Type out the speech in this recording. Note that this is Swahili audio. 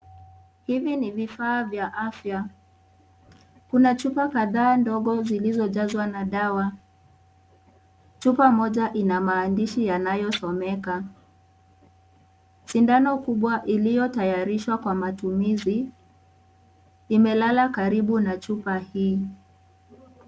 Hivi ni vifaa vya afya . Kuna chupa kadhaa ndogo zilizojazwa dawa . Chupa moja ina maandishi yanayosomeka . Sindano kubwa iliyotayarishwa kwa matumizi imelala karibu na chupa hii.